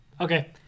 Okay